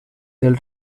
del